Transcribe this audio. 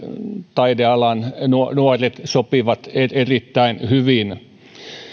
taidealan nuoret sopivat erittäin hyvin